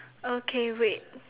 okay wait